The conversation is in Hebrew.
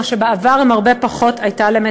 כי בעבר הייתה להם